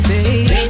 Baby